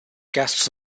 guest